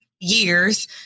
years